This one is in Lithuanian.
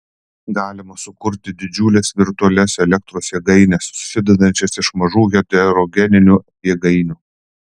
galima sukurti didžiules virtualias elektros jėgaines susidedančias iš mažų heterogeninių jėgainių